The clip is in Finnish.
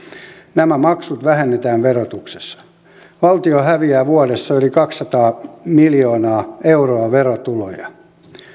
nämä maksut vähennetään verotuksessa valtio häviää vuodessa yli kaksisataa miljoonaa euroa verotuloja